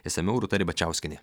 išsamiau rūta ribačiauskienė